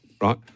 right